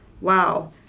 Wow